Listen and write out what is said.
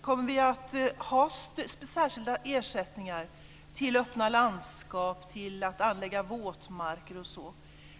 Kommer vi att ha särskilda ersättningar till öppna landskap, till att anlägga våtmarker och så?